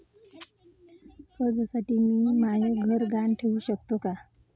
कर्जसाठी मी म्हाय घर गहान ठेवू सकतो का